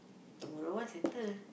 tomorrow one settle